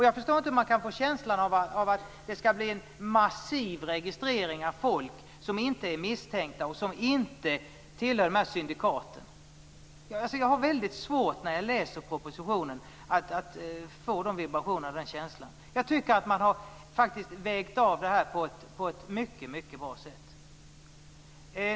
Jag förstår inte hur man kan få känslan att det skall bli en massiv registrering av folk som inte är misstänkta och som inte tillhör de här syndikaten. Jag har väldigt svårt att få den känslan när jag läser propositionen. Jag tycker att man där har gjort mycket bra avvägningar i den här frågan.